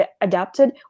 adapted